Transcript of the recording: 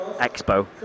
expo